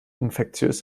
infektiös